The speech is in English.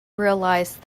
realized